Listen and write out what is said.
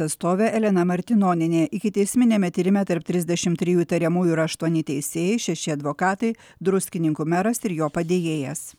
atstovė elena martinonienė ikiteisminiame tyrime tarp trisdešim trijų įtariamųjų aštuoni teisėjai šeši advokatai druskininkų meras ir jo padėjėjas